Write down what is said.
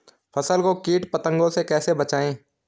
फसल को कीट पतंगों से कैसे बचाएं?